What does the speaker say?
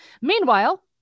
Meanwhile